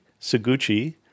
Suguchi